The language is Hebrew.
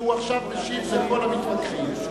שעכשיו ישיב לכל המתווכחים.